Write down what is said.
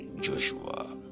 Joshua